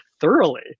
thoroughly